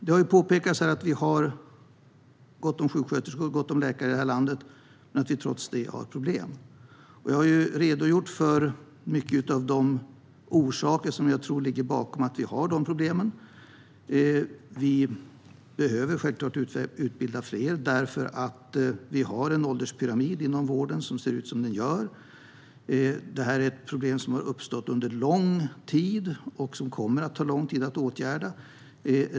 Det har påpekats att vi har gott om sjuksköterskor och läkare här i landet men att vi trots det har problem. Jag har redogjort för många av de orsaker som jag tror ligger bakom att vi har de problemen. Vi behöver självklart utbilda fler eftersom vi har en ålderspyramid inom vården. Detta är ett problem som har uppstått under lång tid och kommer att ta lång tid att åtgärda.